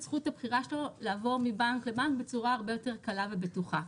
זכות הבחירה שלו לעבור מבנק לבנק בצורה הרבה יותר קלה ובטוחה.